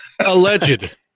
Alleged